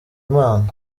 imana